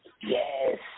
Yes